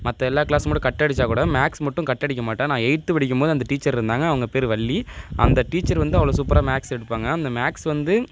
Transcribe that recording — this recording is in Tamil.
மற்ற எல்லா கிளாஸு மட்டும் கட் அடிச்சா கூட மேக்ஸ் மட்டும் கட் அடிக்க மாட்டேன் நான் எயித்து படிக்கும்போது அந்த டீச்சர் இருந்தாங்க அவங்க பேர் வள்ளி அந்த டீச்சர் வந்து அவ்வளோ சூப்பராக மேக்ஸ் எடுப்பாங்க அந்த மேக்ஸ் வந்து